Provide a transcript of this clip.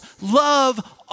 Love